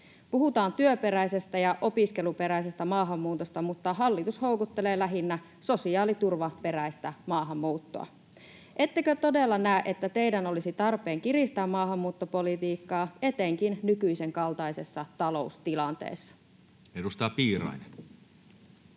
Puhutaan työperäisestä ja opiskeluperäisestä maahanmuutosta, mutta hallitus houkuttelee lähinnä sosiaaliturvaperäistä maahanmuuttoa. [Kimmo Kiljunen: Ei kai!] Ettekö todella näe, että teidän olisi tarpeen kiristää maahanmuuttopolitiikkaa, etenkin nykyisen kaltaisessa taloustilanteessa? Edustaja Piirainen.